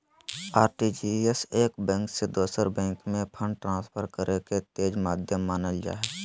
RTGS एक bank से दोसर बैंक में फंड ट्रांसफर करे के तेज माध्यम मानल जा हय